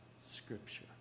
scripture